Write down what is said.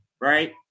right